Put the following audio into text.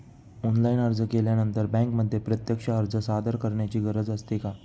Online अर्ज केल्यानंतर बँकेमध्ये प्रत्यक्ष अर्ज सादर करायची गरज असते का?